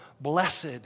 blessed